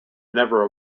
never